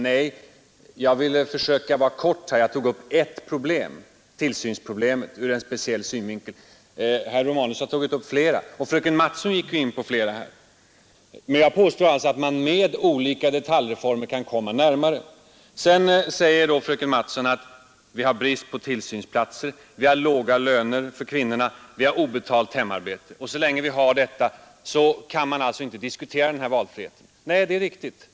Nej, jag ville försöka vara kortfattad här och tog upp ett enda problem, nämligen tillsynsproblemet, ur en speciell synvinkel. Herr Romanus har tagit upp flera. Fröken Mattson gick också in på flera. Jag påstod att man med olika detaljreformer kan komma närmare en lösning. Sedan säger fröken Mattson att vi har brist på tillsynsplatser, vi har låga löner för kvinnorna, vi har obetalt hemarbete, och så länge vi har detta kan man inte diskutera valfrihet. Nej, det är riktigt.